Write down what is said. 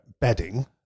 bedding